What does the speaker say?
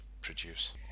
produce